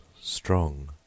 strong